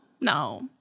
no